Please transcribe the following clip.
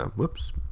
um whoops.